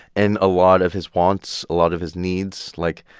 and a lot of his wants, a lot of his needs, like,